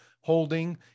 holding